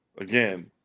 again